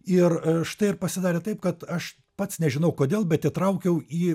ir štai ir pasidarė taip kad aš pats nežinau kodėl bet įtraukiau į